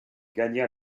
gagna